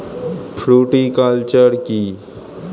Fruticulture কী?